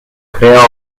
creò